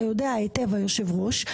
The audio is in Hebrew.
אתה יודע היטב היושב ראש,